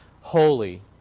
holy